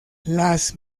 las